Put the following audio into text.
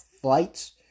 flights